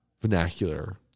vernacular